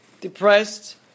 depressed